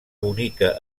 bonica